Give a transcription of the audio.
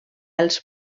els